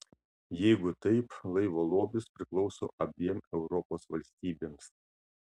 jeigu taip laivo lobis priklauso abiem europos valstybėms